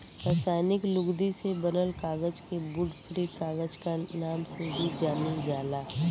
रासायनिक लुगदी से बनल कागज के वुड फ्री कागज क नाम से भी जानल जाला